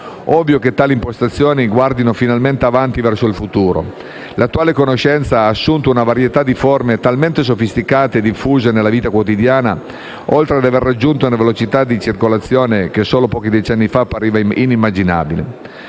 ovvio che tali impostazioni guardino finalmente avanti, verso il futuro: l'attuale conoscenza ha assunto una varietà di forme talmente sofisticate e diffuse nella vita quotidiana, oltre ad aver raggiunto una velocità di circolazione che solo pochi decenni fa appariva inimmaginabile.